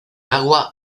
agua